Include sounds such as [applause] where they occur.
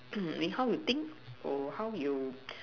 [noise] eh how you think oh how you